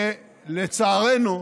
לצערנו,